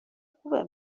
خوبه